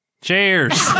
Cheers